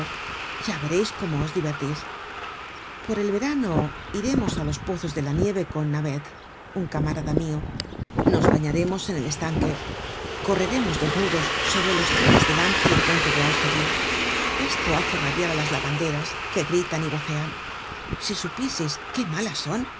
vereis cómo os divertís por el verano iremos á los pozos de la nieve con navet un camarada mio nos bañaremos en el estanque correremos desnudos sobre los trenes delante del puente de austerlitz esto hace rabiar á las lavanderas que gritan y vocean si supiéseis qué malas son